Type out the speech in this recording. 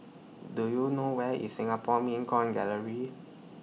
Do YOU know Where IS Singapore Mint Coin Gallery